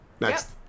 next